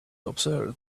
observe